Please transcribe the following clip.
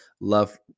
love